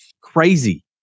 crazy